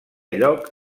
lloc